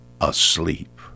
asleep